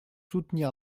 soutenir